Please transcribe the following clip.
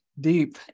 deep